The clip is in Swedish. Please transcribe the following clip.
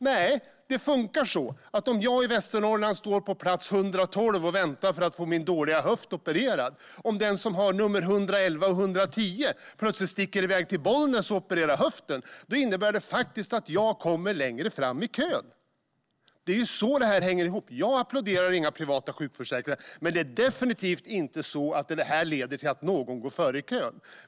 Nej, det funkar så att om jag i Västernorrland står på plats 112 och väntar för att få min dåliga höft opererad och de som har platserna 111 och 110 plötsligt sticker iväg till Bollnäs för att operera höften innebär det att jag kommer längre fram i kön. Det är så det här hänger ihop. Jag applåderar inte privata sjukförsäkringar, men det är definitivt inte så att de leder till att någon går före i kön.